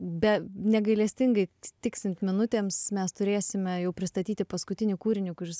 be negailestingai tiksint minutėms mes turėsime jau pristatyti paskutinį kūrinį kuris